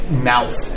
mouth